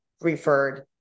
referred